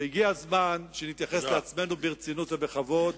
הגיע הזמן שנתייחס לעצמנו ברצינות ובכבוד